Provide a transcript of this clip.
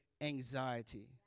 anxiety